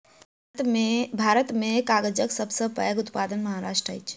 भारत में कागजक सब सॅ पैघ उत्पादक महाराष्ट्र अछि